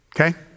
Okay